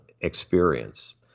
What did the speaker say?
experience